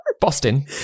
boston